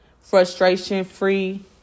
Frustration-free